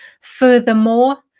furthermore